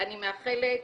אני מאחלת